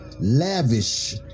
Lavish